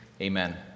Amen